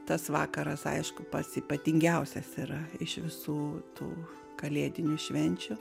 tas vakaras aišku pats ypatingiausias yra iš visų tų kalėdinių švenčių